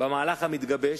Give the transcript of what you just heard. במהלך המתגבש,